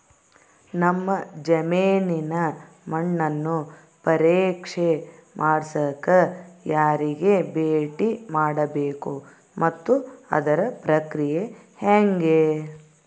ನಮ್ಮ ಜಮೇನಿನ ಮಣ್ಣನ್ನು ಪರೇಕ್ಷೆ ಮಾಡ್ಸಕ ಯಾರಿಗೆ ಭೇಟಿ ಮಾಡಬೇಕು ಮತ್ತು ಅದರ ಪ್ರಕ್ರಿಯೆ ಹೆಂಗೆ?